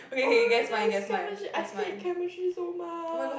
alright that's chemistry I hate chemistry so much